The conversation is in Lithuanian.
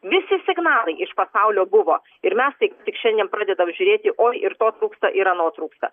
visi signalai iš pasaulio buvo ir mes taip tik šiandien pradedam žiūrėti oi ir to tūksta ir ano trūksta